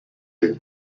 are